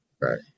Right